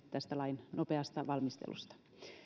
tästä lain nopeasta valmistelusta